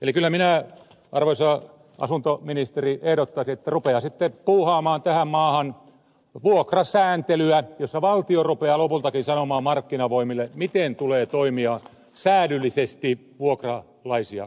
eli kyllä minä arvoisa asuntoministeri ehdottaisin että rupeaisitte puuhaamaan tähän maahan vuokrasääntelyä jossa valtio rupeaa lopultakin sanomaan markkinavoimille miten tulee toimia säädyllisesti vuokralaisia kohtaan